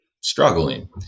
struggling